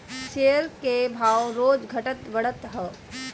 share के भाव रोज घटत बढ़त हअ